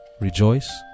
rejoice